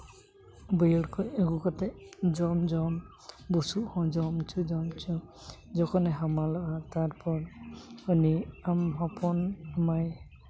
ᱵᱟᱹᱭᱦᱟᱹᱲ ᱠᱷᱚᱱ ᱟᱹᱜᱩ ᱠᱟᱛᱮᱫ ᱡᱚᱢ ᱡᱚᱢ ᱵᱩᱥᱩᱵ ᱦᱚᱸ ᱡᱚᱢ ᱦᱚᱪᱚ ᱡᱚᱢ ᱦᱚᱪᱚ ᱡᱚᱠᱷᱚᱱᱮ ᱦᱟᱢᱟᱞᱚᱜᱼᱟ ᱛᱟᱨᱯᱚᱨ ᱩᱱᱤ ᱟᱢ ᱦᱚᱯᱚᱱ ᱟᱢᱟᱭ